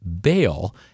bail